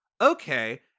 okay